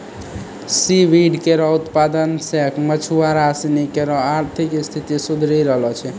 C weed केरो उत्पादन सें मछुआरा सिनी केरो आर्थिक स्थिति सुधरी रहलो छै